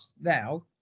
now